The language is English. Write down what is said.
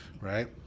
Right